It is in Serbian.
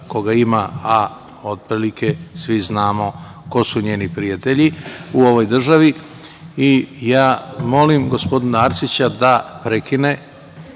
koga ima, a otprilike svi znamo ko su njeni prijatelji u ovoj državi i ja molim gospodina Arsića da prekine